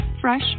fresh